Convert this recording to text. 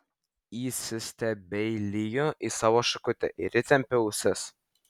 įsistebeiliju į savo šakutę ir įtempiu ausis